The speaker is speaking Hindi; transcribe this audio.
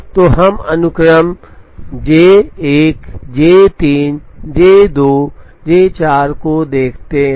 तो हम अनुक्रम J 1 J 3 J 2 J 4 को देखते हैं